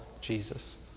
Jesus